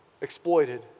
exploited